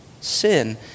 Sin